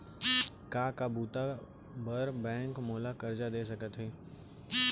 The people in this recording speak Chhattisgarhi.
का का बुता बर बैंक मोला करजा दे सकत हवे?